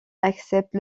accepte